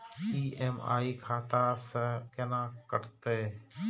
EMI खाता से केना कटते?